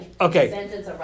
Okay